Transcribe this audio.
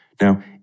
Now